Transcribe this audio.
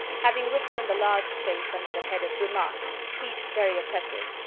having written in the large space under the head of remarks heat very oppressive,